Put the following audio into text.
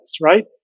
right